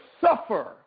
suffer